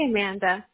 Amanda